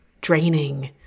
draining